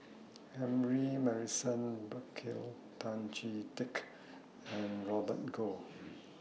Humphrey Morrison Burkill Tan Chee Teck and Robert Goh